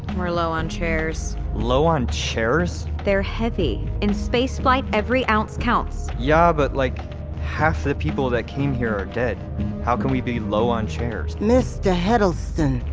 we're low on chairs low on chairs? they're heavy. in spaceflight, every ounce counts yeah, but like half the people that came here are dead how can we be low on chairs? mister heddleston,